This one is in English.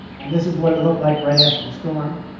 and this is what it looked like right after the storm,